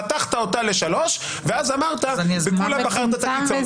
חתכת אותה לשלוש ואז אמרת שמכולם בחרת את הקיצון.